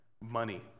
money